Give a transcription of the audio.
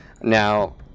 Now